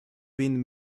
been